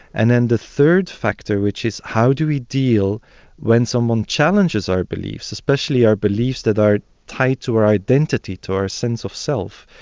and then the third factor which is how do we deal when someone challenges our beliefs, especially our beliefs that are tied to our identity, to our sense of self,